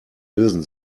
lösen